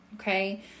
okay